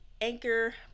anchor